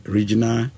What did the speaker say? Regional